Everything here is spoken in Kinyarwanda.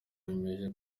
biyemeje